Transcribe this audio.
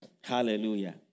Hallelujah